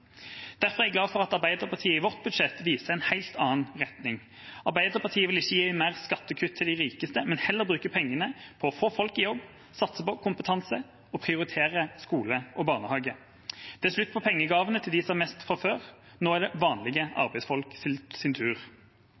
Derfor er jeg glad for at Arbeiderpartiets budsjett viser en helt annen retning. Arbeiderpartiet vil ikke gi mer skattekutt til de rikeste, men heller bruke pengene på å få folk i jobb, satse på kompetanse og prioritere skoler og barnehager. Det er slutt på pengegavene til dem som har mest fra før. Nå er det vanlige